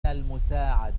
المساعدة